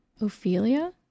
Ophelia